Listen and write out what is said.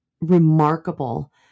remarkable